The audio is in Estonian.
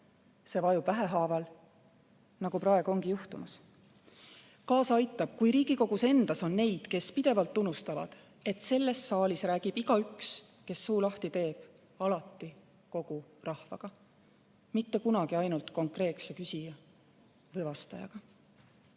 see vajub vähehaaval, nagu praegu ongi juhtumas. Kaasa aitab, kui Riigikogus endas on neid, kes pidevalt unustavad, et selles saalis räägib igaüks, kes suu lahti teeb, alati kogu rahvaga, mitte kunagi ainult konkreetse küsija või vastajaga.